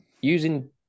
using